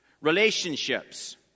Relationships